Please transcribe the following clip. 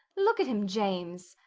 look at him, james!